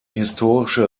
historische